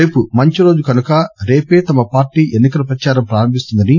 రేపు మంచిరోజు కనుక రేపే తమ పార్టీ ఎన్ని కల ప్రదారం ప్రారంభిస్తుందని